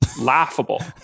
laughable